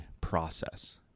process